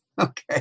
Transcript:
okay